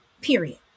period